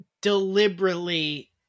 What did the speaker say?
deliberately